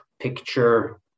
picture